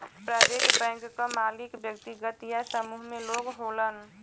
private bank क मालिक व्यक्तिगत या समूह में लोग होलन